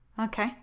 Okay